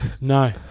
No